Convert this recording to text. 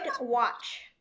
watch